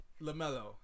LaMelo